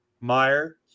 Meyer